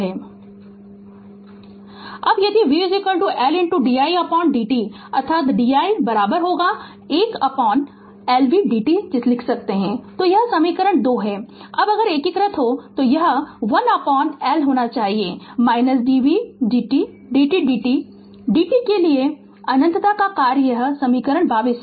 Refer Slide Time 1214 अब यदि v L didt अर्थात di 1L v dt लिख सकते हैं तो यह समीकरण 21 है अब अगर एकीकृत हो तो यह 1L होना चाहिए t v dt vt dt vt के लिए अनंतता का कार्य है यह समीकरण 22 है